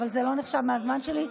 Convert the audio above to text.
אבל זה לא נחשב הזמן שלי,